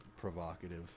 provocative